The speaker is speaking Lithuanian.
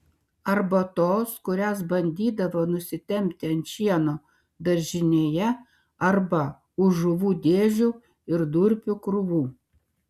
arba tos kurias bandydavo nusitempti ant šieno daržinėje arba už žuvų dėžių ir durpių krūvų